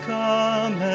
come